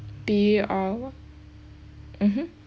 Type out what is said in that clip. P R mmhmm